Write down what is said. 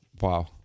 Wow